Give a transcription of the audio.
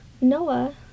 Noah